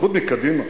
בייחוד מקדימה.